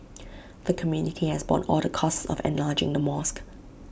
the community has borne all the costs of enlarging the mosque